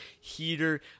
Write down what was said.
heater